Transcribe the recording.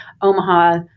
Omaha